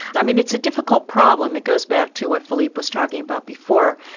i mean it's a difficult problem it goes back to what phillipe was talking about before.